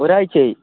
ഒരാഴ്ചയായി